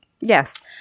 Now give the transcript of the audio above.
yes